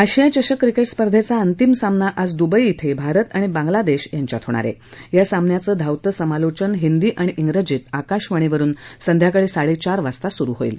आशिया चषक क्रिक्टि स्पर्धेचा अंतिम सामना आज दुबई इथं भारत आणि बांगला दक्ष यांच्यात होणार आहा आ सामन्याचं धावतं समालोचन हिंदी आणि इंग्रजीत आकाशवाणीवरुन संध्याकाळी साडचार वाजता सुरु होईल